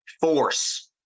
Force